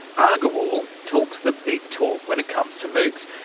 agarwal talks the big talk when it comes to moocs,